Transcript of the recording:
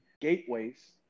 gateways